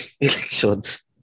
elections